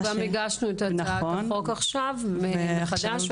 גם הגשנו את הצעת החוק עכשיו מחדש,